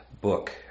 book